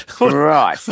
Right